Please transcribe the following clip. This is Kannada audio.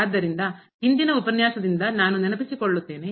ಆದ್ದರಿಂದ ಹಿಂದಿನ ಉಪನ್ಯಾಸದಿಂದ ನಾನು ನೆನಪಿಸಿಕೊಳ್ಳುತ್ತೇನೆ